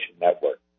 network